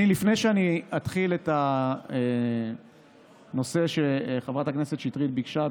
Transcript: לפני שאתחיל את הנושא שחברת הכנסת שטרית ביקשה,